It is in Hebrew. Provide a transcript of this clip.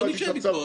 בוא נשב אתו.